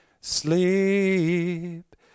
Sleep